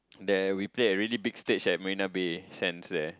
there we play at really big stage at Marina-Bay-Sands there